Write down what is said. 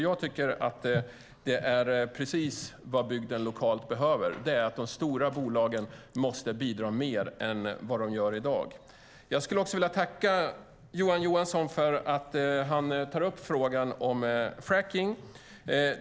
Jag tycker att det som bygden lokalt behöver är att de stora bolagen bidrar mer än vad de gör i dag. Jag skulle också vilja tacka Johan Johansson för att han tar upp frågan om fracking.